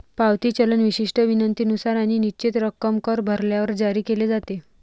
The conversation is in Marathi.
पावती चलन विशिष्ट विनंतीनुसार आणि निश्चित रक्कम कर भरल्यावर जारी केले जाते